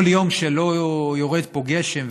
כל יום שלא יורד פה גשם,